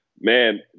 Man